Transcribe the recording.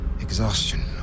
exhaustion